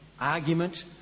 argument